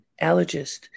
allergist